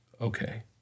okay